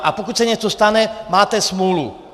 A pokud se něco stane, máte smůlu.